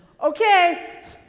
Okay